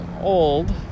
old